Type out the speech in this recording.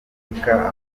repubulika